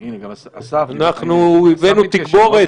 אבל אנחנו מכירים פרקטיקות,